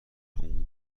عمومی